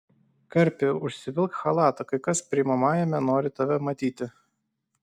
karpi užsivilk chalatą kai kas priimamajame nori tave matyti